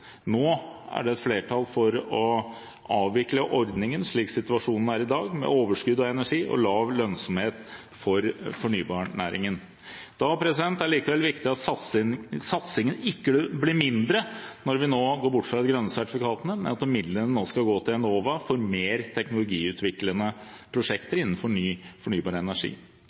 Nå er det flertall for å avvikle ordningen, slik situasjonen er i dag, med overskudd av energi og lav lønnsomhet for fornybarnæringen. Men det er viktig at satsingen ikke blir mindre når vi nå går bort fra de grønne sertifikatene, men at midlene går til Enova for mer teknologiutviklende prosjekter innenfor ny fornybar energi.